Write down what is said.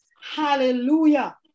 Hallelujah